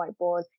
whiteboard